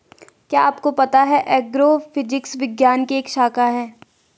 क्या आपको पता है एग्रोफिजिक्स विज्ञान की एक शाखा है?